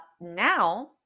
Now